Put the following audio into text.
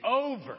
over